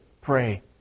pray